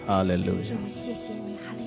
Hallelujah